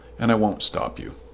and i won't stop you.